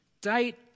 Date